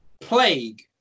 Plague